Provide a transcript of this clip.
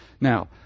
Now